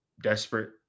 desperate